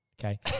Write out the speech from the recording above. Okay